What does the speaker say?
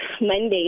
Monday